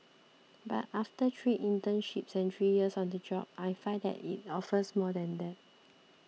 but after three internships and three years on the job I find that it offers more than that